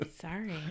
Sorry